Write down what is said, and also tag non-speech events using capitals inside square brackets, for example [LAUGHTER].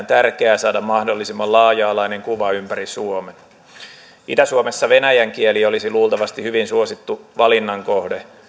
[UNINTELLIGIBLE] tärkeää saada mahdollisimman laaja alainen kuva ympäri suomen itä suomessa venäjän kieli olisi luultavasti hyvin suosittu valinnan kohde